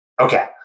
Okay